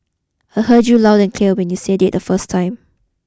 I heard you loud and clear when you said it the first time